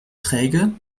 träge